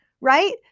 right